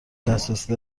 دسترسی